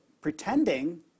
pretending